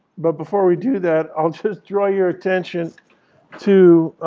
but before we do that, i'll just draw your attention to